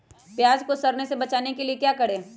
प्याज को सड़ने से बचाने के लिए क्या करें?